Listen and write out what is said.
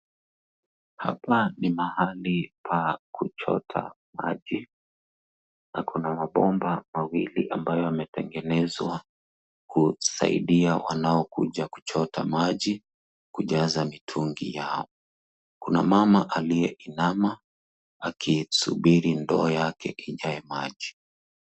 Hapa ni mahali pa kuchota maji na kuna mabomba mawili ambayo yametengenezwa kusaidia wanaokuja kuchota maji kujaza mitungi yao. Kuna mama aliyeinama akisubiri ndoo yake ijae maji.